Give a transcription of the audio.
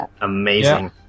amazing